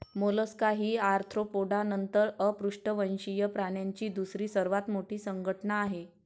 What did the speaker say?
Mollusca ही Arthropoda नंतर अपृष्ठवंशीय प्राण्यांची दुसरी सर्वात मोठी संघटना आहे